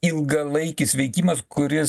ilgalaikis veikimas kuris